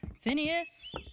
Phineas